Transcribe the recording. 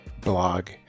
blog